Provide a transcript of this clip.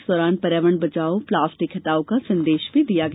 इस दौरान पर्यावरण बचाओ प्लास्टिक हटाओ का संदेश भी दिया गया